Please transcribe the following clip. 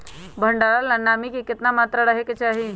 भंडारण ला नामी के केतना मात्रा राहेके चाही?